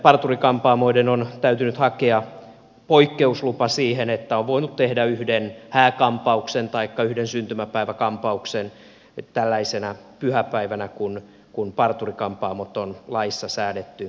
parturi kampaamoiden on täytynyt hakea poikkeuslupa siihen että on voinut tehdä yhden hääkampauksen taikka yhden syn tymäpäiväkampauksen tällaisena pyhäpäivänä kun parturi kampaamot on laissa säädetty kiinni pidettäviksi